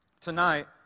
tonight